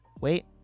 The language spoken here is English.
wait